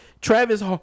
Travis